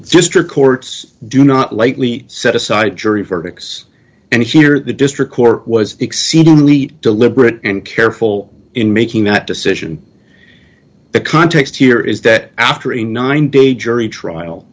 district courts do not lightly set aside jury verdicts and hear the district court was exceedingly deliberate and careful in making that decision the context here is that after a nine day jury trial